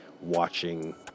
watching